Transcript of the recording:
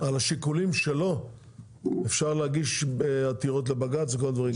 על השיקולים שלו אפשר להגיש עתירות לבג"צ וכל הדברים האלה.